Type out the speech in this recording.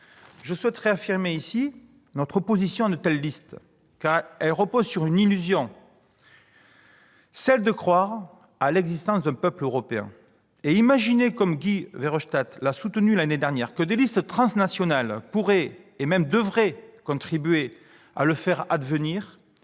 Je souhaite réaffirmer notre opposition à de telles listes, car elles reposent sur une illusion, celle qu'il existerait un peuple européen. En outre, imaginer, comme Guy Verhofstadt l'a soutenu l'année dernière, que des listes transnationales pourraient et même devraient contribuer à le faire advenir